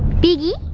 biggy